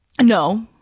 No